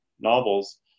novels